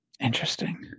Interesting